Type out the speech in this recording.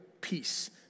peace